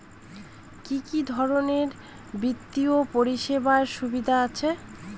কি কি ধরনের বিত্তীয় পরিষেবার সুবিধা আছে?